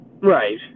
Right